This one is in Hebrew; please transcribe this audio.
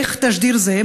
איך תשדיר זה,